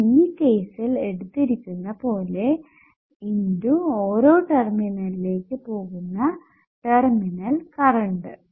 ഞാൻ ഈ കേസ്സിൽ എടുത്തിരിക്കുന്ന പോലെ × ഓരോ ടെർമിനലിലേക്ക് പോകുന്ന ടെർമിനൽ കറണ്ട്